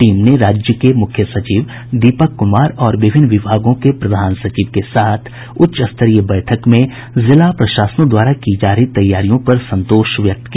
team ने राज्य के मुख्य सचिव दीपक कुमार और विभिन्न विभागों के प्रधान सचिव के साथ उच्च स्तरीय बैठक में जिला प्रशासनों द्वारा की जा रही तैयारियों पर संतोष व्यक्त किया